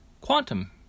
Quantum